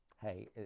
Hey